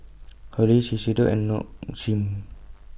Hurley Shiseido and Nong Shim